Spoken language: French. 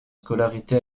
scolarité